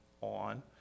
on